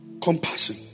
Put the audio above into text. Compassion